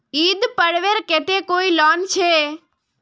ईद पर्वेर केते कोई लोन छे?